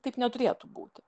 taip neturėtų būti